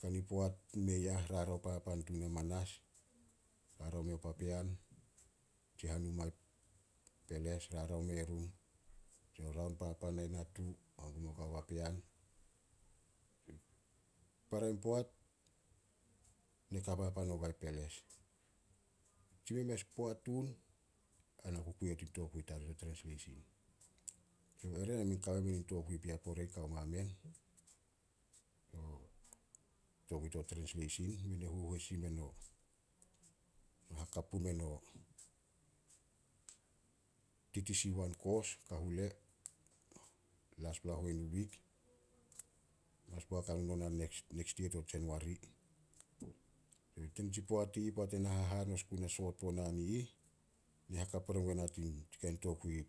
Kani poat mei ah rarao papan tun hamanas. Rarao meo papean, nitsi hanuma i peles, rarao merun. Tsio raon papan natu hangum meo kao papean. Para in poat, na ka papan oguai peles. Tsi memes poat tun, ai na ku kui a tin tokui tarih to trensleisin. Ere men kame pore men in tokui pea kao mamen. Tokui to trensleisin, men e huhois sin men a hakap pumen o TTC1 koos i Kahule. Laspla huenu wik, mas boak hanun ona next yia to January. Tanitsi poat i ih poat ena hahanos gua soot puo naan i ih, na haka pore guai na, tanitsi kain tokui ih.